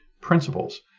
principles